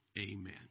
Amen